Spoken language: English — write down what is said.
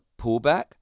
pullback